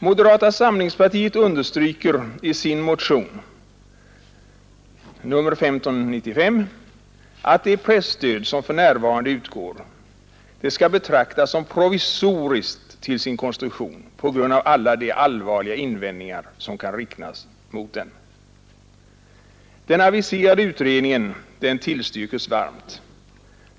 Moderata samlingspartiet understryker i sin motion, nr 1595, att det presstöd som för närvarande utgår skall betraktas som provisoriskt till sin konstruktion på grund av alla de allvarliga invändningar som kan riktas mot denna. Den aviserade utredningen tillstyrkes varmt.